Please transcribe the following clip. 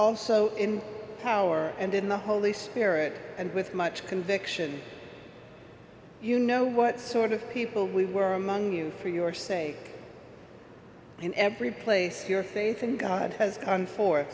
also in power and in the holy spirit and with much conviction you know what sort of people we were among you for your sake in every place your faith in god has come forth